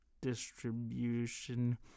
distribution